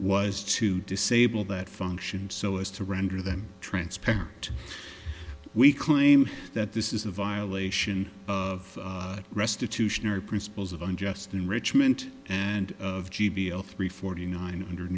was to disable that function so as to render them transparent we claim that this is a violation of restitution or principles of unjust enrichment and of g p l three forty nine hundred